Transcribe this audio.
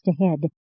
ahead